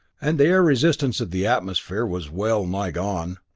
and the air resistance of the atmosphere was well nigh gone,